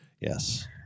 Yes